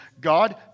God